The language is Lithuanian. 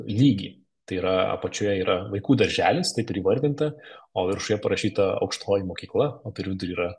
lygį tai yra apačioje yra vaikų darželis taip įvardinta o viršuje parašyta aukštoji mokykla o per vidurį yra